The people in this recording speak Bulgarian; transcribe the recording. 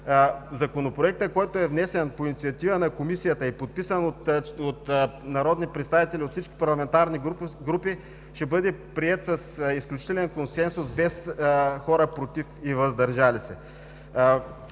Законопроектът, който е внесен по инициатива на Комисията и подписан от народни представители от всички парламентарни групи, ще бъде приет с изключителен консенсус без хора против и въздържали се.